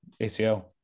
ACL